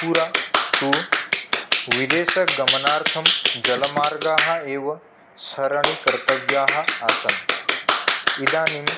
पुरा तु विदेशगमनार्थं जलमार्गाः एव शरणीकर्तव्याः आसन् इदानीं